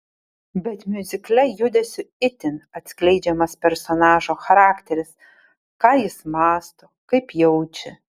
bet miuzikle judesiu itin atskleidžiamas personažo charakteris ką jis mąsto kaip jaučia